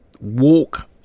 walk